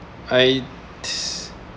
I